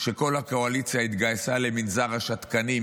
שכל הקואליציה התגייסה למנזר השתקנים,